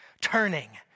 Turning